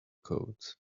code